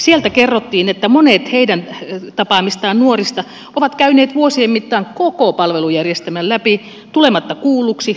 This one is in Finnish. sieltä kerrottiin että monet heidän tapaamistaan nuorista ovat käyneet vuosien mittaan koko palvelujärjestelmän läpi tulematta kuulluiksi saamatta apua